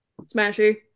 Smashy